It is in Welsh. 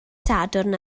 sadwrn